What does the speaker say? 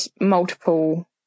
multiple